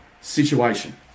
situation